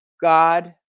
God